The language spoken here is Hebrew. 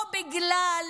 או בגלל